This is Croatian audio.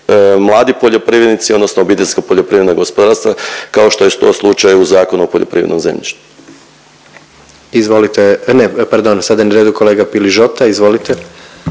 mladi poljoprivrednici odnosno Obiteljsko poljoprivredno gospodarstva kao što je to slučaj u Zakonu o poljoprivrednom zemljištu. **Jandroković, Gordan (HDZ)** Izvolite, ne pardon, sada je na redu kolega Piližota. Izvolite.